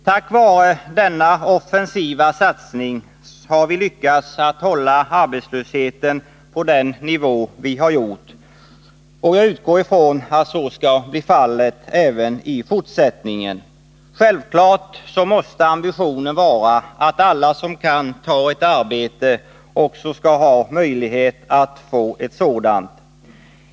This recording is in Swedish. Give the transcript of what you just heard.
Tack vare denna offensiva satsning har vi lyckats att hålla arbetslösheten på den nivå vi har gjort, och jag utgår ifrån att så skall bli fallet även i fortsättningen. Självklart måste ambitionen vara att alla som kan ta ett arbete också skall ha möjlighet att få ett sådant.